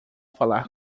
falar